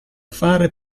fare